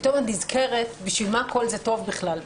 פתאום אני נזכרת בשביל מה כל זה טוב בכלל,